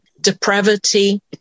depravity